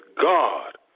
God